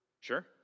Sure